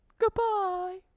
Goodbye